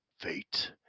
Fate